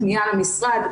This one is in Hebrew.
פניה למשרד,